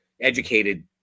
Educated